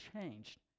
changed